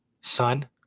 Son